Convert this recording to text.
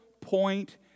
point